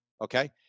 Okay